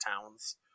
towns